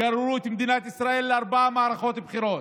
גררו את מדינת ישראל לארבע מערכות בחירות.